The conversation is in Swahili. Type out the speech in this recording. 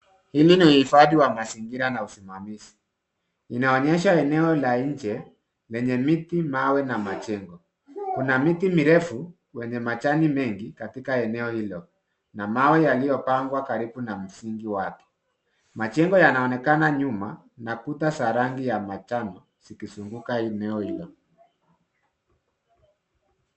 Hili ni uhifadhi wa mazingira na usimamizi, inaonyesha eneo la nje lenye miti ,mawe na majengo. Kuna miti miti mrefu yenye majani mengi eneo hilo. Mawe yaliyopangwa karibu na msingi wake. Majengo yanaonekana nyuma na kuta za rangi ya manjano zikizunguka eneo hilo.